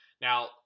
Now